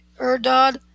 Erdod